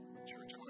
Church